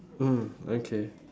mm okay